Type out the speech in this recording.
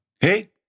Hey